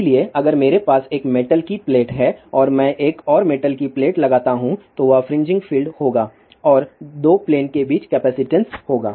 इसलिए अगर मेरे पास एक मेटल की प्लेट है और मैं एक और मेटल की प्लेट लगाता हूं तो वह फ्रिंजिंग फील्ड होगा और 2 प्लेन के बीच कपैसिटंस होगा